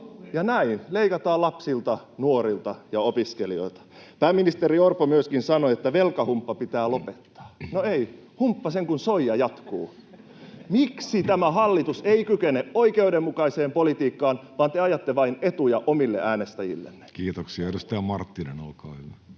Ja näin leikataan lapsilta, nuorilta ja opiskelijoita. Pääministeri Orpo myöskin sanoi, että velkahumppa pitää lopettaa. No ei, humppa sen kuin soi ja jatkuu. [Naurua keskeltä] Miksi tämä hallitus ei kykene oikeudenmukaiseen politiikkaan, vaan te ajatte vain etuja omille äänestäjillenne? [Speech 156] Speaker: Jussi Halla-aho